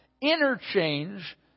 interchange